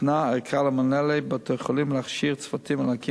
ניתנה ארכה למנהלי בתי-החולים להכשיר צוותים ולהקים